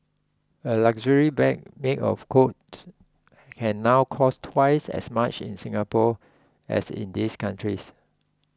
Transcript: a luxury bag made of Coach can now cost twice as much in Singapore as in these countries